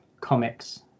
comics